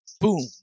boom